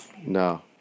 No